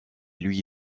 lui